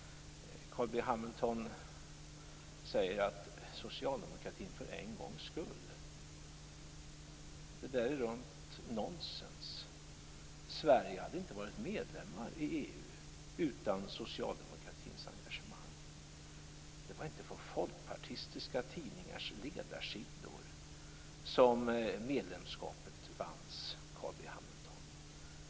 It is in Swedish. Carl B Hamilton säger att socialdemokratin "för en gångs skull" osv. Det är rent nonsens. Sverige hade inte varit medlem i EU utan socialdemokratins engagemang. Det var inte på folkpartistiska tidningars ledarsidor som medlemskapet vanns, Carl B Hamilton.